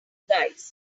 guys